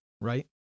right